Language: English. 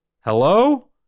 Hello